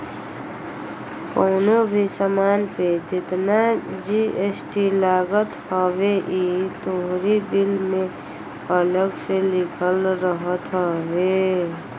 कवनो भी सामान पे जेतना जी.एस.टी लागत हवे इ तोहरी बिल में अलगा से लिखल रहत हवे